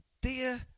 Dear